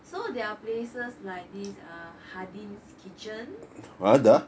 so there are places like this err hardin's kitchen